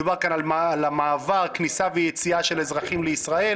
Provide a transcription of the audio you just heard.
מדובר כאן על המעבר כניסה ויציאה של אזרחים לישראל,